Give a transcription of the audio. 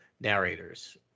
narrators